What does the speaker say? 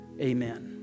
Amen